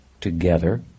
together